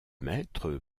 maître